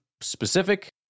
specific